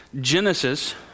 Genesis